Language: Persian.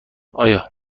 آیا